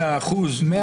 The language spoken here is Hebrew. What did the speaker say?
100% שהוא זכאי.